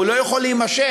הוא לא יכול להימשך.